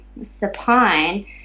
supine